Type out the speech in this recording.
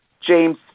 James